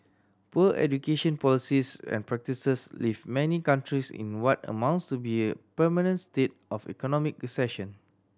poor education policies and practices leave many countries in what amounts to be permanent state of economic recession